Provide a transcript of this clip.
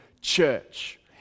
church